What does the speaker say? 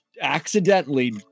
accidentally